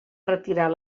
retirar